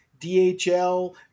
DHL